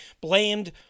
blamed